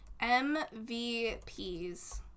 MVPs